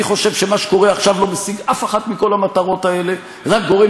אני חושב שמה שקורה עכשיו לא משיג אף אחת מכל המטרות האלה ורק גורם